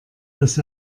dass